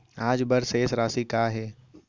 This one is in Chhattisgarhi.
आज बर शेष राशि का हे?